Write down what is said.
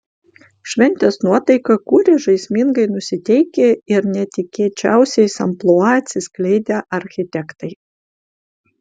šventės nuotaiką kūrė žaismingai nusiteikę ir netikėčiausiais amplua atsiskleidę architektai